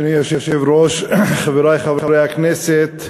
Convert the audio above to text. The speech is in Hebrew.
אדוני היושב-ראש, חברי חברי הכנסת,